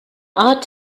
ought